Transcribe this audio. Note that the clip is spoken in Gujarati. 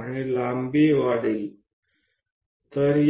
અને લંબાઈને પણ વધારવાની સ્થિતિમાં આવીએ